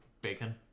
Bacon